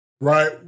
right